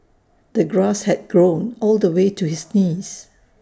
the grass had grown all the way to his knees